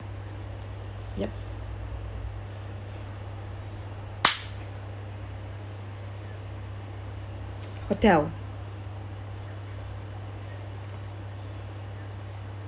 yup hotel